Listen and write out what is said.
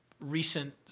recent